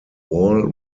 wall